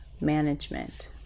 management